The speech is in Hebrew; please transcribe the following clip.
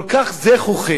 כל כך זְחוחים.